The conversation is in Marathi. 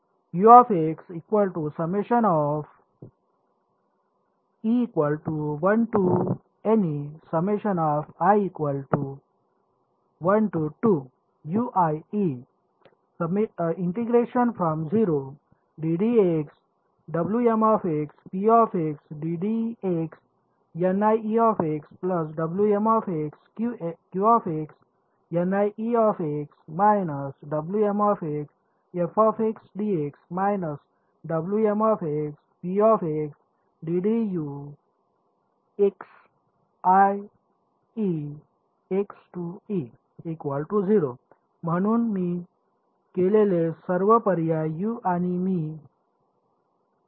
म्हणून मी केलेले सर्व पर्याय यू आणि मी डब्ल्यू म्हणून डब्ल्यू ठेवले आहे